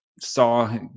saw